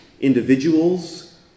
individuals